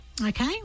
Okay